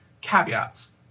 caveats